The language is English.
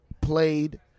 played